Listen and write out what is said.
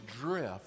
drift